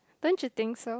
don't you think so